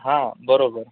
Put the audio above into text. हां बरोबर